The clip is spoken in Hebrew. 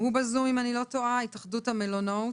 התאחדות המלונאות,